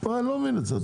לא מבין את זה.